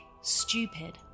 stupid